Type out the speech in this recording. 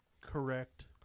correct